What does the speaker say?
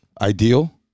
Ideal